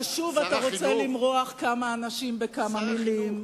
ששוב אתה רוצה למרוח כמה אנשים בכמה מלים.